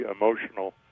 emotional